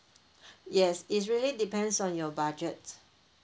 yes it's really depends on your budget